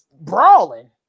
brawling